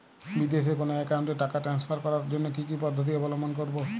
বিদেশের কোনো অ্যাকাউন্টে টাকা ট্রান্সফার করার জন্য কী কী পদ্ধতি অবলম্বন করব?